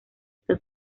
esto